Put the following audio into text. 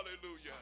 Hallelujah